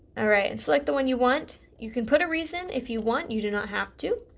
alright and select the one you want. you can put a reason if you want, you do not have to.